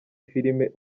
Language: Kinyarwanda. filime